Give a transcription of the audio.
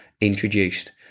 introduced